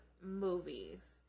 movies